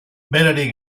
berari